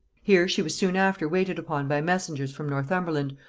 here she was soon after waited upon by messengers from northumberland,